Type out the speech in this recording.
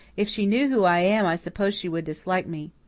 if she knew who i am i suppose she would dislike me.